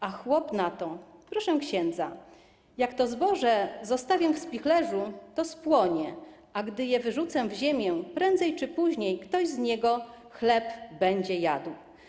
A chłop na to: Proszę księdza, jak to zboże zostawię w spichlerzu, to spłonie, a gdy je wyrzucę w ziemię, prędzej czy później ktoś z niego chleb będzie jadł.